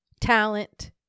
talent